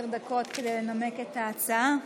עשר דקות כדי לנמק את ההצעה.